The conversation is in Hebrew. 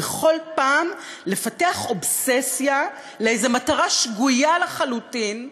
בכל פעם לפתח אובססיה לאיזו מטרה שגויה לחלוטין,